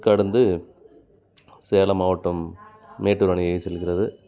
கடந்து சேலம் மாவட்டம் மேட்டூர் அணைக்கு செல்கிறது